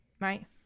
right